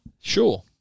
Sure